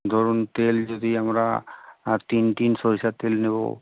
ধরুন তেল যদি আমরা আর তিন টিন সর্ষের তেল নেবো